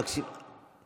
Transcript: כלום, את לא עושה כלום.